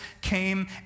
came